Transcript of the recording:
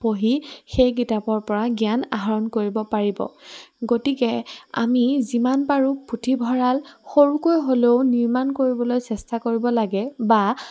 পঢ়ি সেই কিতাপৰপৰা জ্ঞান আহৰণ কৰিব পাৰিব গতিকে আমি যিমান পাৰোঁ পুথিভঁৰাল সৰুকৈ হ'লেও নিৰ্মাণ কৰিবলৈ চেষ্টা কৰিব লাগে বা